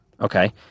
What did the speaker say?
Okay